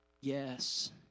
Yes